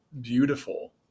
beautiful